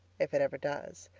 if it ever does.